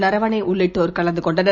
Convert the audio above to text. நரவனேஉள்ளிட்டோர்கலந்துகொ ண்டனர்